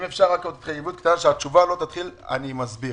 אם אפשר התחייבות קטנה שהתשובה לא תתחיל אני מסביר,